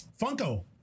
Funko